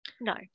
No